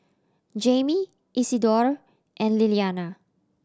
Jaime Isidore and Liliana